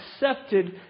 accepted